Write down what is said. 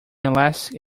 elastic